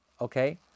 Okay